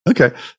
Okay